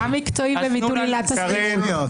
מה מקצועי בביטול עילת הסבירות?